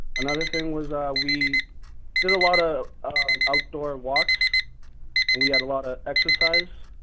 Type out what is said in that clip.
another thing was we did a lot of outdoor walks and we had a lot of exercise